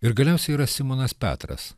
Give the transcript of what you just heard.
ir galiausiai yra simonas petras